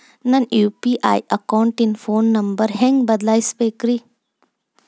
ನನ್ನ ಯು.ಪಿ.ಐ ಅಕೌಂಟಿನ phone number ಹೆಂಗ್ ಬದಲಾಯಿಸ ಬೇಕ್ರಿ?